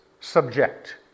subject